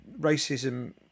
racism